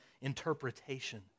interpretation